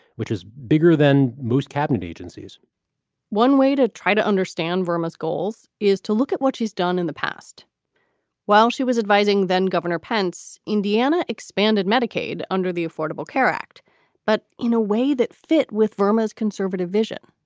which is bigger than most cabinet agencies one way to try to understand vermont's goals is to look at what she's done in the past while she was advising then governor pence, indiana expanded medicaid under the affordable care act but in a way that fit with burma's conservative vision,